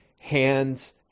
hands